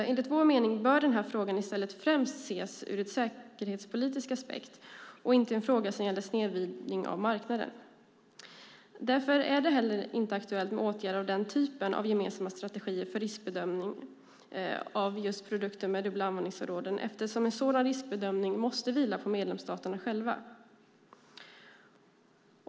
Enligt vår mening bör frågan i stället främst ses ur en säkerhetspolitisk aspekt och inte som en fråga som gäller snedvridning av marknaden. Därför är det heller inte aktuellt med åtgärder av den typen av gemensamma strategier för riskbedömning av produkter med dubbla användningsområden eftersom en sådan riskbedömning måste vila på medlemsstaterna själva.